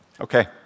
Okay